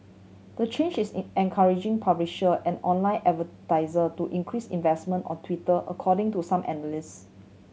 the change is encouraging publisher and online advertiser to increase investment on Twitter according to some analyst